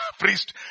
priest